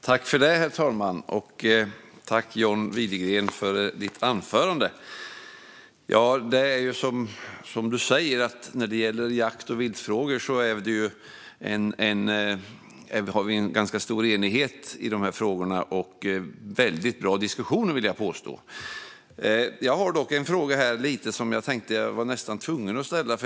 Herr talman! Tack, John Widegren, för ditt anförande! Det är, som du säger, ganska stor enighet och väldigt bra diskussioner när det gäller jakt och viltfrågor. Jag har dock en fråga som jag nästan känner mig tvungen att ställa.